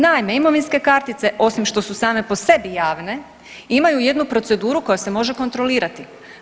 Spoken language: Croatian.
Naime, imovinske kartice osim što su same po sebi javne imaju jednu proceduru koja se može kontrolirati.